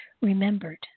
remembered